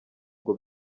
ngo